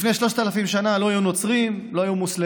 לפני 3,000 שנה לא היו נוצרים, לא היו מוסלמים,